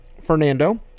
Fernando